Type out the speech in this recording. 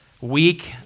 week